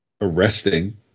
arresting